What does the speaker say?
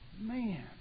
man